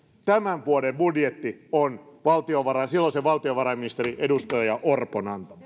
tämän vuoden budjetti on silloisen valtiovarainministerin edustaja orpon antama